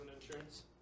insurance